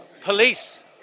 Police